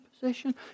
position